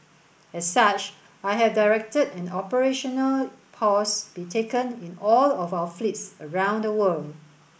as such I have directed an operational pause be taken in all of our fleets around the world